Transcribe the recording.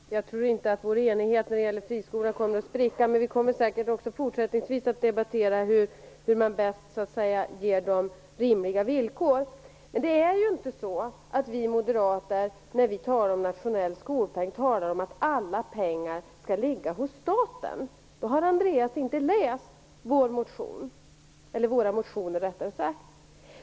Herr talman! Jag tror inte att vår enighet när det gäller friskolorna kommer att spricka. Men vi kommer säkert att även i fortsättningen debattera hur man bäst ger dem rimliga villkor. När vi moderater talar om en nationell skolpeng talar vi inte om att alla pengar skall ligga hos staten. Om Andreas Carlgren tror det har han inte läst våra motioner.